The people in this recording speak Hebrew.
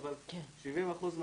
יושבת פה